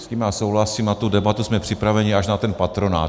S tím já souhlasím, na tu debatu jsme připraveni, až na ten patronát.